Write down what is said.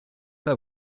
pas